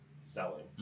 selling